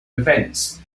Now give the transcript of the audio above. events